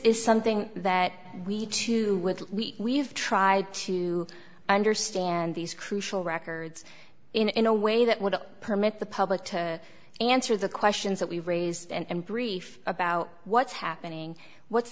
is something that we need to with we have tried to understand these crucial records in a way that would permit the public to answer the questions that we've raised and brief about what's happening what's